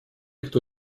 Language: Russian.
кто